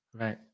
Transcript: Right